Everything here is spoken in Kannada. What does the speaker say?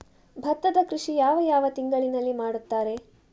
ಭತ್ತದ ಕೃಷಿ ಯಾವ ಯಾವ ತಿಂಗಳಿನಲ್ಲಿ ಮಾಡುತ್ತಾರೆ?